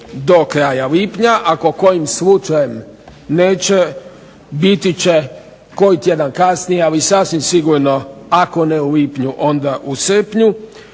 do kraja lipnja. Ako kojim slučajem neće biti će koji tjedan kasnije, ali sasvim sigurno ako ne u lipnju onda u srpnju